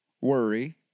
worry